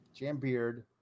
Jambeard